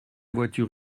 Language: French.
voiture